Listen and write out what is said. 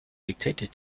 dictated